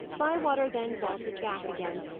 bywater then vaulted back again,